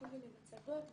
כל מיני מצגות וסרטונים.